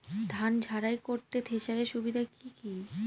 ধান ঝারাই করতে থেসারের সুবিধা কি কি?